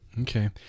Okay